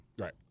Right